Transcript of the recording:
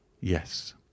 Yes